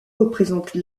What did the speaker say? représentent